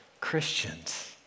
Christians